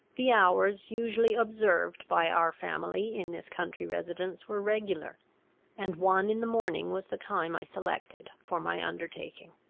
the hours usually observed by our family in this country residence were regular and one in the morning was the time i selected for my undertaking.